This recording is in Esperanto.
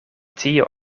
tio